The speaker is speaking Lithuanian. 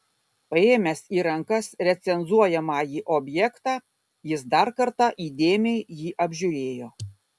paėmęs į rankas recenzuojamąjį objektą jis dar kartą įdėmiai jį apžiūrėjo